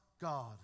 God